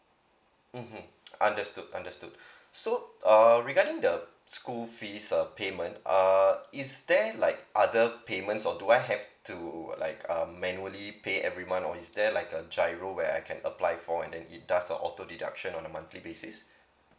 mmhmm understood understood so uh regarding the school fees uh payment uh is there like other payments or do I had to like our manually pay every month or is there like a G_I_R_O where I can apply for and then it does an auto deduction on a monthly basis